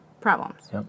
problems